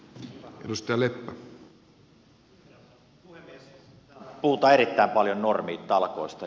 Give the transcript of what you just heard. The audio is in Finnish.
täällä puhutaan erittäin paljon normitalkoista